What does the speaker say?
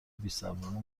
بیصبرانه